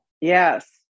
Yes